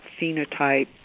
phenotype